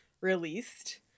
released